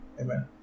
Amen